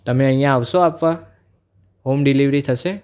તમે અહીં આવ આવશો આપવા હોમ ડિલિવરી થશે